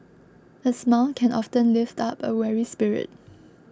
a smile can often lift up a weary spirit